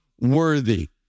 worthy